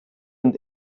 und